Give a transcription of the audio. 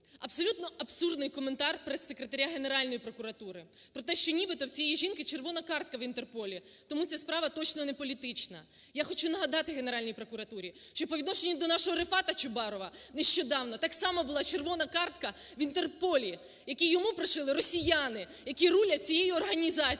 Абсолютно абсурдний коментар прес-секретаря Генеральної прокуратури про те, що нібито в цієї жінки червона картка в "Інтерполі", тому ця справа точно неполітична. Я хочу нагадати Генеральній прокуратурі, що по відношенню до нашого Рефата Чубарова нещодавно так само була червона картка в "Ітерполі", яку йому пришили росіяни, які рулять цією організацією.